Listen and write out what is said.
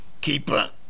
keeper